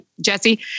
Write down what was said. Jesse